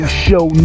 show